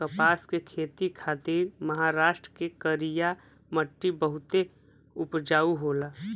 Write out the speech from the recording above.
कपास के खेती खातिर महाराष्ट्र के करिया मट्टी बहुते उपजाऊ होला